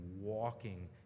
walking